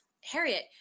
Harriet